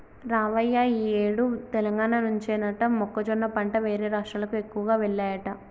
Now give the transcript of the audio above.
రావయ్య ఈ ఏడు తెలంగాణ నుంచేనట మొక్కజొన్న పంట వేరే రాష్ట్రాలకు ఎక్కువగా వెల్లాయట